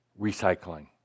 recycling